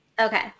Okay